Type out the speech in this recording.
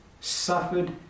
suffered